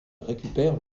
récupère